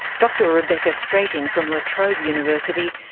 doctor rebecca strating from la trobe university,